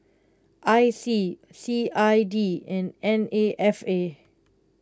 I C C I D and N A F A